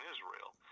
Israel